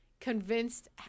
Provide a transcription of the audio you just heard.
convinced